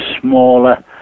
smaller